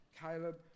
Caleb